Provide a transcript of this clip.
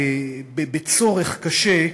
בצורך קשה,